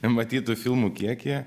matytų filmų kiekį